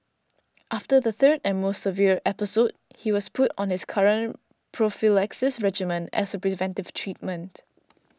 after the third and most severe episode he was put on his current prophylaxis regimen as a preventive treatment